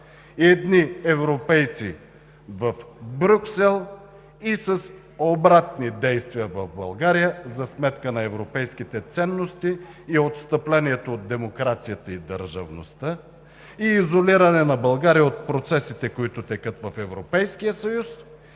едни европейци в Брюксел, и с обратни действия в България, за сметка на европейските ценности и отстъплението от демокрацията и държавността, и изолиране на България от процесите, които текат в Европейския съюз,